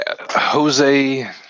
Jose